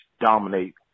dominate